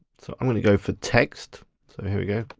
so i'm gonna go for text, so here we go.